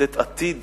לתת עתיד